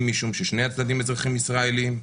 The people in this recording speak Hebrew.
אם משום ששני הצדדים אזרחים ישראלים,